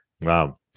Wow